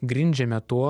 grindžiame tuo